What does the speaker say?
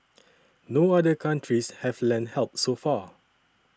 no other countries have lent help so far